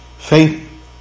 Faith